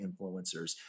influencers